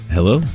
Hello